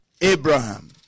Abraham